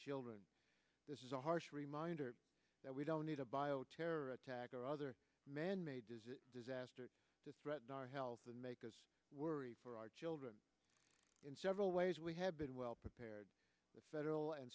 children this is a harsh reminder that we don't need a bioterror attack or other man made disaster to threaten our health and make us worry for our children in several ways we have been well prepared the federal and